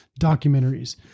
Documentaries